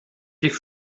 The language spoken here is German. die